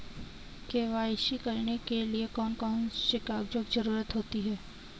KYC करने के लिए कौन कौन से कागजों की जरूरत होती है?